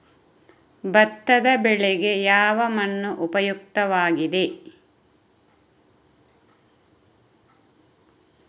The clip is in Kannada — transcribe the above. ಭತ್ತದ ಬೆಳೆಗೆ ಯಾವ ಮಣ್ಣು ಉಪಯುಕ್ತವಾಗಿದೆ?